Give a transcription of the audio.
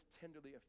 tenderly